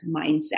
mindset